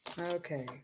Okay